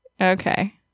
Okay